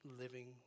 living